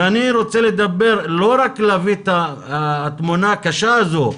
ואני רוצה לדבר, לא רק להביא את התמונה הקשה הזו,